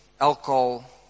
alcohol